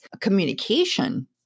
communication